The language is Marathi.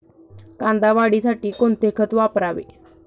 कांदा वाढीसाठी कोणते खत वापरावे?